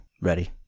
Ready